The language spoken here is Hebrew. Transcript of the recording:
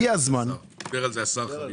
דיבר על זה השר.